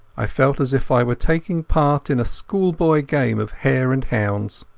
i felt as if i were taking part in a schoolboy game of hare and hounds.